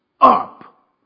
up